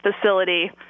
facility